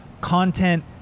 content